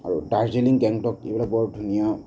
আৰু দাৰ্জিলিং গেংটক এইবিলাক বৰ ধুনীয়া